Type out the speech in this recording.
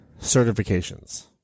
certifications